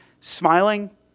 smiling